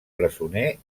presoner